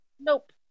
Nope